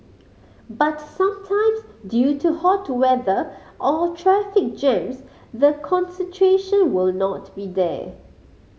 but sometimes due to hot weather or traffic jams the concentration will not be there